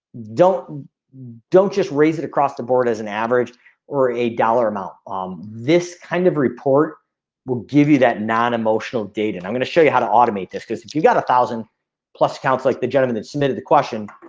don't don't just raise it across the board as an average or a dollar amount. um this kind of report will give you that non emotional data and i'm gonna show you how to automate this cuz if you got a thousand plus counts like the gentleman that submitted the question,